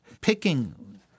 picking